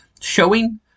showing